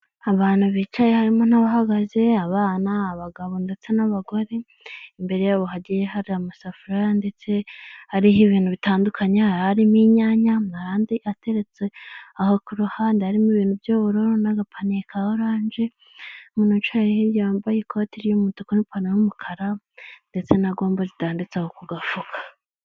Abantu bicaye harimo n'abahagaze, abana abagabo, ndetse n'abagore, imbere yabo hagiye hari amasafuriya ndetse hariho ibintu bitandukanye, harimo inyanya hari andi ateretse aho ku ruhande, harimo ibintu by'ubururu n'agapaniye ka oranje, umuntu wicaye hirya wambaye ikoti ry'umutuku n'ipantaro y'umukara ndetse na gombo zitanditse aho ku gafuka.